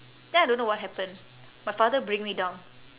then I don't know what happen my father bring me down